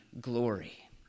glory